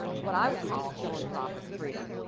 what i would call philanthropic freedom.